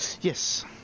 Yes